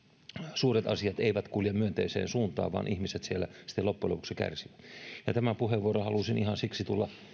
suuret asiat eivät kulje myönteiseen suuntaan vaan ihmiset siellä sitten loppujen lopuksi kärsivät tämän puheenvuoron halusin ihan siksi tulla